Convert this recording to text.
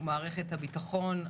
ומערכת הביטחון,